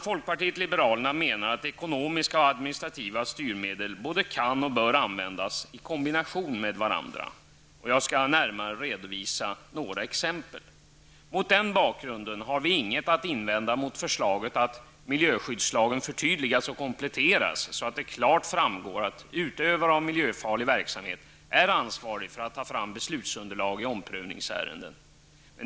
Folkpartiet liberalerna menar att ekonomiska och administrativa styrmedel både kan och bör användas i kombination med varandra. Jag skall närmare redovisa några exempel. Mot den angivna bakgrunden har vi inget att invända mot förslaget att miljöskyddslagen förtydligas och kompletteras så att det klart framgår att utövare av miljöfarlig verksamhet är ansvarig för att ta fram beslutsunderlag i omprövningsärenden.